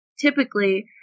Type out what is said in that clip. Typically